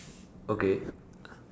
okay